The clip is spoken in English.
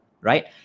right